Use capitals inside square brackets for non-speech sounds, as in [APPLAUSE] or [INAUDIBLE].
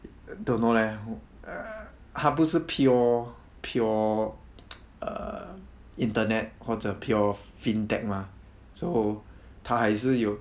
err don't know leh err 它不是 pure pure [NOISE] internet 或者 pure fintech mah so 它还是有